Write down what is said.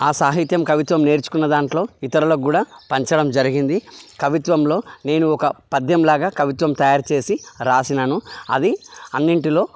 ఆ సాహిత్యం కవిత్వం నేర్చుకున్న దాంట్లో ఇతరులకు కూడా పంచడం జరిగింది కవిత్వంలో నేను ఒక పద్యంలాగా కవిత్వం తయారుచేసి రాసాను అది అన్నింటిలో